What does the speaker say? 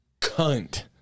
Cunt